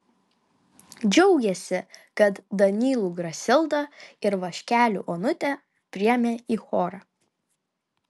džiaugėsi kad danylų grasildą ir vaškelių onutę priėmė į chorą